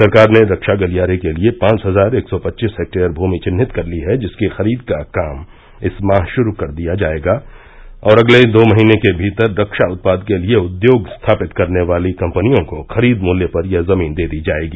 सरकार ने रक्षा गलियारे के लिये पांच हजार एक सौ पच्चीस हेक्टेयर भूमि चिन्हित कर ली है जिसकी खरीद का काम इस माह शुरू कर दिया जायेगा और अगले दो महीने के भीतर रक्षा उत्पाद के लिये उद्योग स्थापित करने वाली कम्पनियों को खरीद मूल्य पर यह जमीन दे दी जायेगी